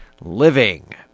Living